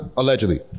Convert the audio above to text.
allegedly